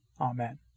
Amen